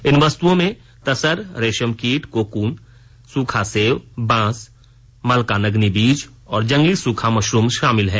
इन वस्तुओं में तसर रेशम कीट कोकून सूखा सेव बाँस मल्कानगनी बीज और जंगली सूखा मशरूम शामिल हैं